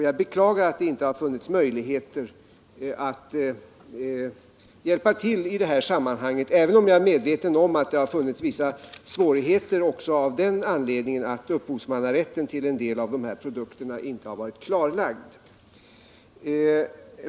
Jag beklagar att det inte har funnits möjligheter att hjälpa till i det här sammanhanget, även om jag är medveten om att det har funnits vissa svårigheter också av den anledningen att upphovsmannarätten till en del av produkterna inte har varit klarlagd.